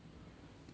!aiyo!